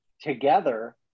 together